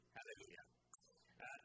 Hallelujah